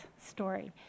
story